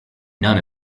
none